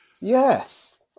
Yes